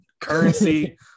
currency